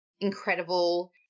incredible